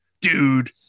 Dude